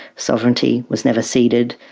sovereignty was never ceded,